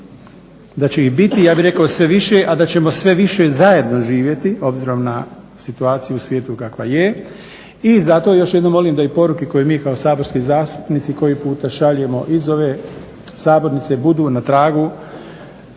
da će ih biti ja bih rekao sve više a da ćemo sve više zajedno živjeti obzirom na situaciju u svijetu kakva je. I zato još jednom volim da i poruke kao mi saborski zastupnici koji puta šaljemo iz ove sabornice budu na tragu